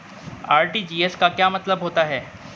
RTGS का क्या मतलब होता है?